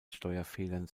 steuerfedern